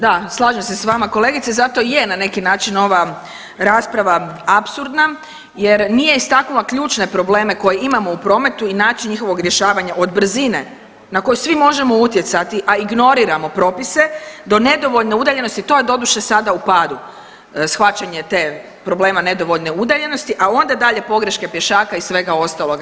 Da, slažem se s vama kolegice zato i je na neki način ova rasprava apsurdna jer nije istaknula ključne probleme koje imamo u prometu i način njihovog rješavanja od brzine na koju svi možemo utjecati, a ignoriramo propise do nedovoljne udaljenosti, to je doduše sada u padu shvaćanje te problema nedovoljne udaljenosti, a onda dalje pogreške pješaka i svega ostaloga.